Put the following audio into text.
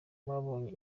babonye